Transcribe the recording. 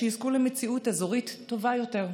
שיזכו למציאות אזורית טובה יותר.